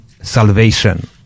salvation